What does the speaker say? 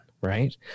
Right